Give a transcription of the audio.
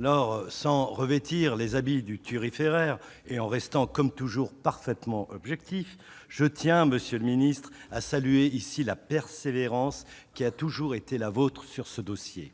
sans revêtir les habits du thuriféraire et en restant comme toujours parfaitement objectif, je tiens, monsieur le ministre, à saluer ici la persévérance qui a toujours été la vôtre sur ce dossier.